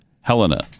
Helena